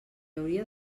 hauria